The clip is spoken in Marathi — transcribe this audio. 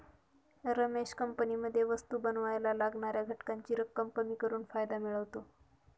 रमेश कंपनीमध्ये वस्तु बनावायला लागणाऱ्या घटकांची रक्कम कमी करून फायदा मिळवतो